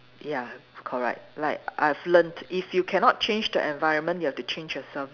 ya correct like I've learnt if you cannot change the environment you have to change yourself